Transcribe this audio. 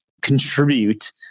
contribute